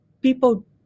people